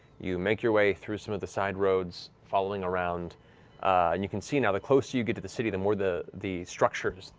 you make your way through some of the side roads, following around, and you can see now that the closer you get to the city, the more the the structures,